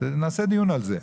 נעשה דיון על זה.